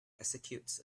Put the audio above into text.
executes